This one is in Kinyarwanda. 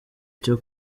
cyo